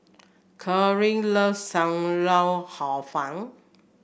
Kaaren loves Sam Lau Hor Fun